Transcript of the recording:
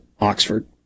Oxford